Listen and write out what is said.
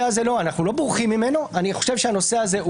אנחנו לא בורחים מהנושא הזה.